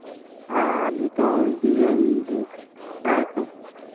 हाँ अभी तो जी जी है तो